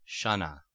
shana